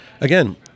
again